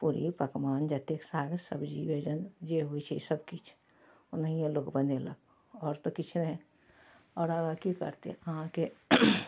पूड़ी पकवान जतेक साग सब्जी भेलनि जे होइ छै सबकिछु ओनहिए लोक बनेलक आओर तऽ किछु नहि आओर आगाँ कि करतै अहाँके